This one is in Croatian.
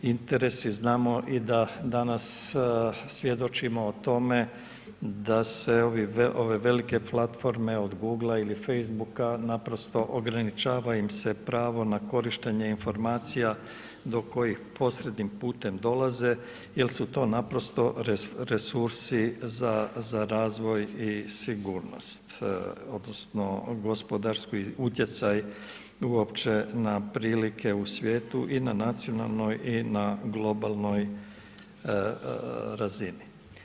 Interesi, znamo i da danas svjedočimo o tome da se ove velike platforme od Google-a ili Facebook-a naprosto ograničava im se pravo na korištenje informacija do kojih posrednim putem dolaze jer su to naprosto resursi za razvoj i sigurnost odnosno gospodarski utjecaj uopće na prilike u svijetu i na nacionalnoj i globalnoj razini.